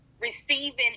receiving